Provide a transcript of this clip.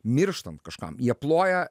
mirštant kažkam jie ploja